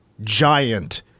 giant